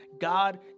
God